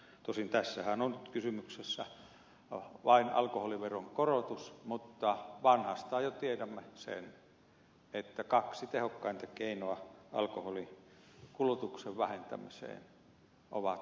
tosin tässähän on kysymyksessä vain alkoholiveron korotus mutta vanhastaan jo tiedämme sen että kaksi tehokkainta keinoa alkoholin kulutuksen vähentämiseen ovat saatavuus ja hinta